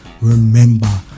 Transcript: remember